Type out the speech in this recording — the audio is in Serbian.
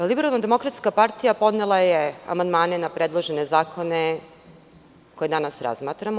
Liberalno demokratska partija podnela je amandmane na predložene zakone koje danas razmatramo.